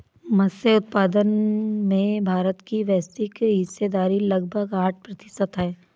मत्स्य उत्पादन में भारत की वैश्विक हिस्सेदारी लगभग आठ प्रतिशत है